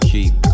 Keep